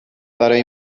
برای